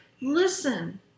Listen